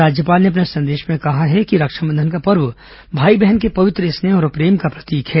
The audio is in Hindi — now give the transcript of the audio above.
राज्यपाल ने अपने संदेश में कहा है कि रक्षाबंधन का पर्व भाई बहन के पवित्र स्नेह और प्रेम का प्रतीक है